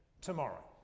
tomorrow